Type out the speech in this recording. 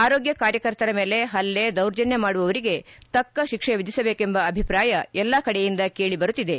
ಆರೋಗ್ಯ ಕಾರ್ಯಕರ್ತರ ಮೇಲೆ ಪಲ್ಲೆ ದೌರ್ಜನ್ಯ ಮಾಡುವವರಿಗೆ ತಕ್ಕ ಶಿಕ್ಷೆ ವಿಧಿಸಬೇಕೆಂಬ ಅಭಿಪ್ರಾಯ ಎಲ್ಲಾ ಕಡೆಯಿಂದ ಕೇಳಿ ಬರುತ್ತಿದೆ